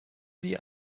die